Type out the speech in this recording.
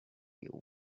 you